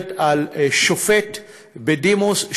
מדברת על שופט בדימוס,